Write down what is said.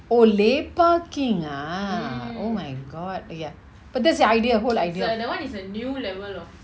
oh lepaking ah oh my god ya but that's your idea whole idea